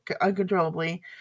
uncontrollably